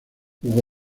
jugó